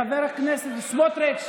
חבר הכנסת סמוטריץ',